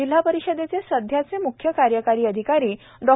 जिल्हा परिषदेचे सध्याचे मुख्य कार्यकारी अधिकारी डॉ